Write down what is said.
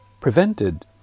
prevented